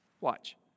watch